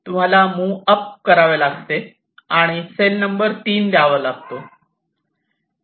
तुम्हाला up move करावे लागते आणि सेल नंबर 3 द्यावा लागतो